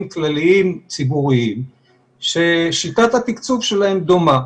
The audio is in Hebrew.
כלליים ציבוריים ששיטת התקצוב שלהם דומה.